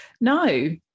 No